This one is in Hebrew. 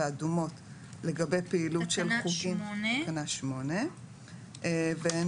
הרי יש מתמטיקה 5 יחידות ו-3 יחידות, ואז